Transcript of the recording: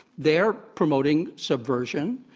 they're promoting subversion.